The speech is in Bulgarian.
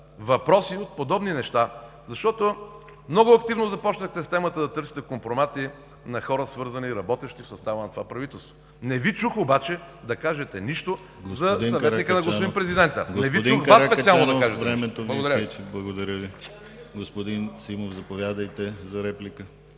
въпроси от подобни неща, защото много активно започнахте с темата, да търсите компромати на хора, свързани и работещи в състава на това правителство. Не Ви чух обаче да кажете нищо за съветника на господин Президента. Не Ви чух Вас специално да кажете нещо. ПРЕДСЕДАТЕЛ ДИМИТЪР ГЛАВЧЕВ: Времето